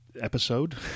episode